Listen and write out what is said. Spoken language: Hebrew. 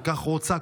כל כך רוצה,